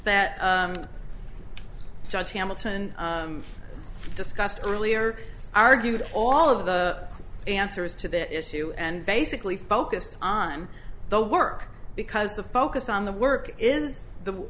that judge hamilton discussed earlier argued all of the answers to that issue and basically focused on the work because the focus on the work is the